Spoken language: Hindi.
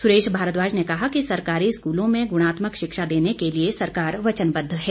सुरेश भारद्वाज ने कहा कि सरकारी स्कूलों में गुणात्मक शिक्षा देने के लिए सरकार वचनबद्ध है